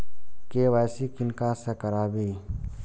KYC किनका से कराबी?